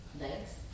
Legs